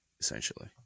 essentially